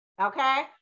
okay